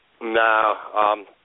No